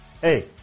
Hey